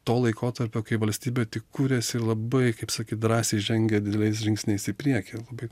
to laikotarpio kai valstybė tik kuriasi labai kaip sakyt drąsiai žengia dideliais žingsniais į priekį labai